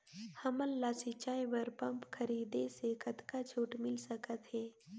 हमन ला सिंचाई बर पंप खरीदे से कतका छूट मिल सकत हे?